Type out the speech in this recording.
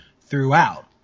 throughout